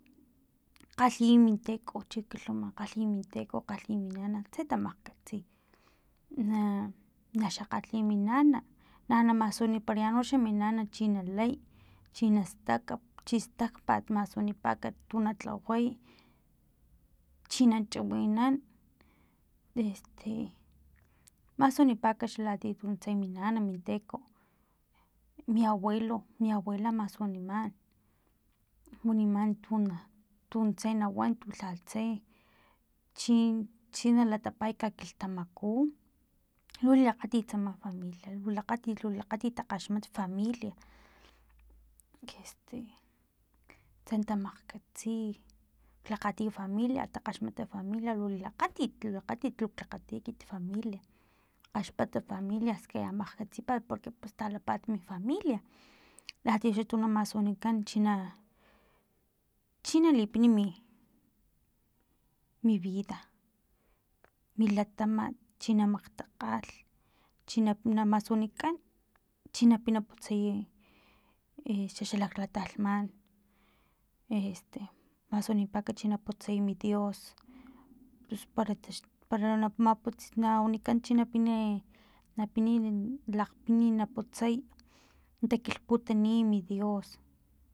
Kgalhiy minteko chi kilhuma kgalhiy min teko kgalhiy mi nana tse tamagkatsi i na xakgatliy mi nana na namasuniparayan noxa min nana chi na lay chinastak chistakpat masunipakant tuna tlaway chi na chiwinan este masunipakan latia tuntse mi nana min teko mi abuelo mi abuela masuniman waniman tuntse na wan untu lha tse chin chinalatapay kakilhtamaku lu lilakgatit ama familia lu lilakgatit lilalgatit takgaxmat familia este tsen tamakgkatsi lakgati familia takgaxmat familia lu lilakgatit lilakgatit luk lakgati ekit familia kgaxpat familia xkaya makgkatsipat porque pus talapat mi familia latia tuxa na masunikan chi na chi na lipin mi mi vida mi latamat china makgtakgalh chi na masunikan china pina putsay e xaxalaktalhman este masunipakan chi na putsay mi dios pus para tax para na mapu na wanikan chi na pina lakg pini putsay na takilhputaniy mi dios